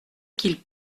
qu’il